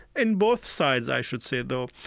in both sides, i should say, though,